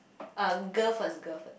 uh girl first girl first